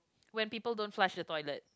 when people don't flush the toilet